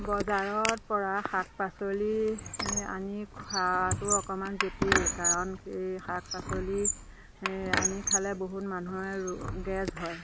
বজাৰৰপৰা শাক পাচলি আনি খোৱাটো অকণমান জটিল কাৰণ এই শাক পাচলি এই আনি খালে বহুত মানুহৰে গেছ হয়